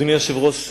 אדוני היושב-ראש,